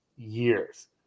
years